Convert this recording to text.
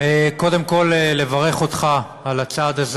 קודם כול, לברך אותך על הצעד הזה.